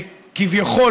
שכביכול,